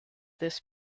this